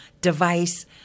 device